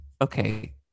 Okay